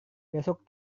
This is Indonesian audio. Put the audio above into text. besok